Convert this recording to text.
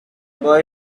boy